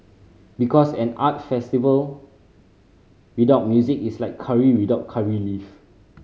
because an art festival without music is like curry without curry leaf